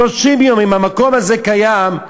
30 יום אם המקום הזה קיים,